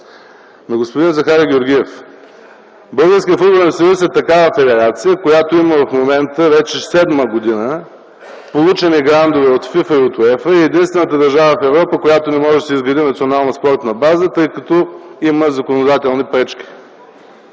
Към господин Захари Георгиев: Българският футболен съюз е такава федерация, която има в момента, вече седма година, получени грандове от ФИФА и от УЕФА и е в единствената държава в Европа, която не може да си изгради национална спортна база, тъй като има законодателни пречки.